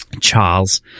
Charles